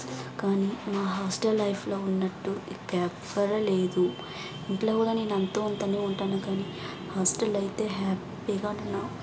కాని నా హాస్టల్ లైఫ్లో ఉన్నట్టు ఇక్క ఎవ్వరు లేదు ఇంట్లో కానీ నేను అంతో ఇంతోనే ఉంటాను కాని హాస్టల్ల అయితే హ్యాపీగా నేను